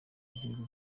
inzego